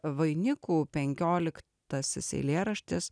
vainikų penkioliktasis eilėraštis